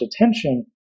attention